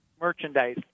merchandise